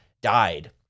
died